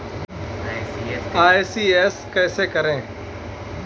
ECS कैसे करें?